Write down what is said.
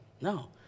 no